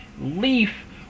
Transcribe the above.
leaf